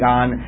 on